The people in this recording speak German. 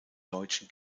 deutschen